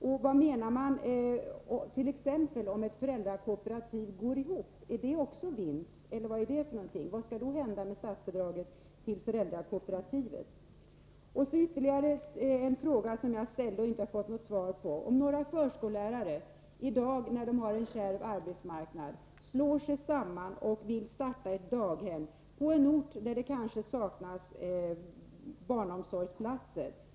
Om t.ex. föräldrakooperativ går ihop, blir det också då fråga om vinst, eller vad är det fråga om? Vad skall då hända med statsbidraget till föräldrakooperativet? Ytterligare en fråga som jag ställde men inte fått något svar på: Vad händer om några förskollärare, mot bakgrund av dagens kärva arbetsmarknad, slår sig samman och vill starta ett daghem på en ort där det kanske saknas barnomsorgsplatser?